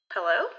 Hello